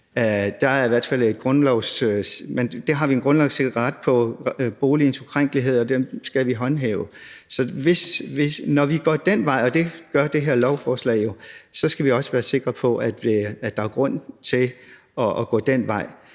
til bolig uden retskendelse. Vi har en grundlovssikret ret til boligens ukrænkelighed, og den skal vi håndhæve. Så når vi går den vej, og det gør det her lovforslag jo, så skal vi også være sikre på, at der er grund til at gå den vej.